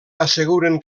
asseguren